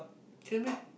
can meh